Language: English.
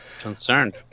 concerned